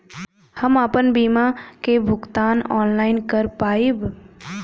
हम आपन बीमा क भुगतान ऑनलाइन कर पाईब?